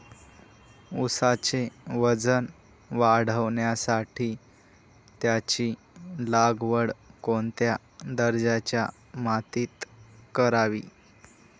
ऊसाचे वजन वाढवण्यासाठी त्याची लागवड कोणत्या दर्जाच्या मातीत करावी?